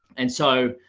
and so